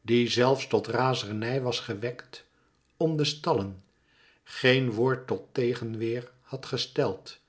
die zelfs tot razernij was gewekt om de stallen geen woord tot tegenweer had gesteld